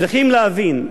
צריכים להבין,